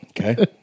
Okay